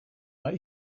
our